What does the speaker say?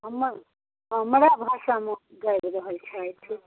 हमर हमरा भाषामे गाबि रहल छथि